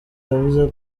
yavuze